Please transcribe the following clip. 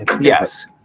Yes